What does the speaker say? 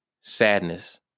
sadness